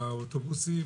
באוטובוסים,